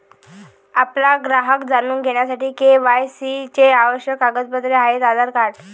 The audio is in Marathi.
आपला ग्राहक जाणून घेण्यासाठी के.वाय.सी चे आवश्यक कागदपत्रे आहेत आधार कार्ड